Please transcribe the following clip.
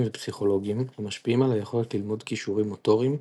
ופסיכולוגיים המשפיעים על היכולת ללמוד כישורים מוטוריים,